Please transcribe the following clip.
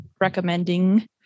recommending